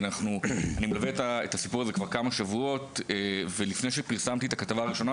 אני מלווה את הסיפור כבר כמה שבועות ולפני שפרסמתי את הכתבה הראשונה